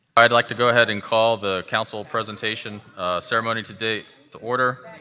i'd like to go ahead and call the council presentation ceremony today to order.